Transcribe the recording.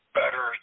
better